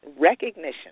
recognition